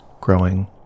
growing